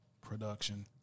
production